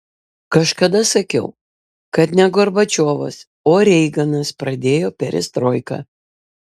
kažkada sakiau kad ne gorbačiovas o reiganas pradėjo perestroiką